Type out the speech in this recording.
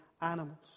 animals